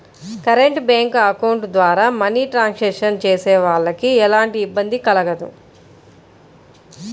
current bank account ద్వారా money transactions చేసేవాళ్ళకి ఎలాంటి ఇబ్బంది కలగదు